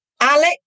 Alex